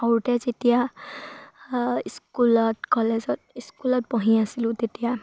সৰুতে যেতিয়া স্কুলত কলেজত স্কুলত পঢ়ি আছিলোঁ তেতিয়া